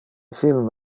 film